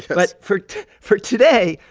but but for for today,